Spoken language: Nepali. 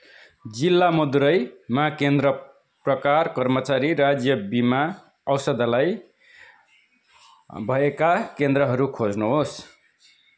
जिल्ला मदुरैमा केन्द्र प्रकार कर्मचारी राज्य बिमा औषधालय भएका केन्द्रहरू खोज्नुहोस्